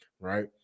right